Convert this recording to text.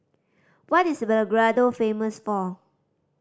what is Belgrade famous for